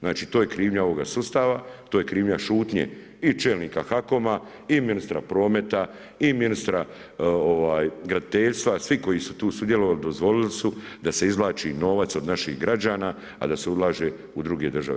Znači to je krivnja ovoga sustava, to je krivnja šutnje i čelnika HAKOM-a i ministra prometa i ministra graditeljstva, svi koji su tu sudjelovali, dozvolili su da se izvlači novac iz naših građana, a da se ulaže u druge države.